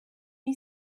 you